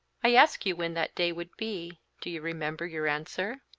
i asked you when that day would be do you remember your answer?